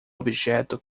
objeto